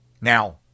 Now